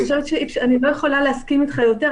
אני לא יכולה להסכים איתך יותר.